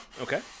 Okay